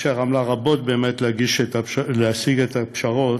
אשר עמלה רבות באמת להשיג את הפשרות,